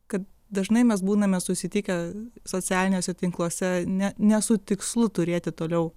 kad dažnai mes būname susitikę socialiniuose tinkluose ne ne su tikslu turėti toliau